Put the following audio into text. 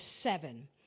seven